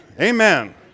amen